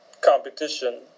competition